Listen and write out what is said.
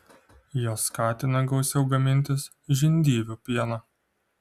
jos skatina gausiau gamintis žindyvių pieną